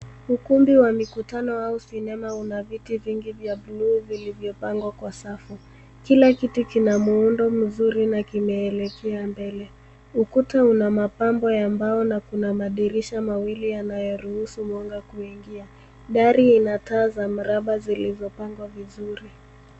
Ukumbi wa mikutano au sinema una viti zingi vya bluu vilivyo pangwa kwa safu. Kila kiti kina muundo mzuri na kimeelekea mbele. Ukuta unamapambo ya mbao na kuna madirisha mawili yanayoruhusu mwanga kuingia. Dari inataa za mraba zilizopangwa vizuri.